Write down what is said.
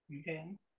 Okay